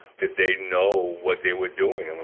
did they know what they were doing?